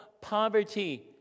poverty